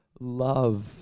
love